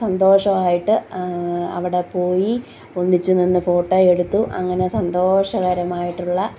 സന്തോഷവായിട്ട് അവിടെപ്പോയി ഒന്നിച്ചു നിന്ന് ഫോട്ടോയെടുത്തു അങ്ങനെ സന്തോഷകരമായിട്ടുള്ള